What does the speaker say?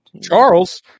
Charles